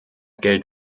geld